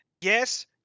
Yes